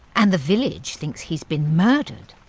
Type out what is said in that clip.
and the village thinks he's been murdered!